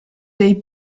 dei